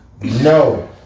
No